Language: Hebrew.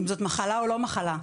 לא,